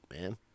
man